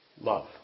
love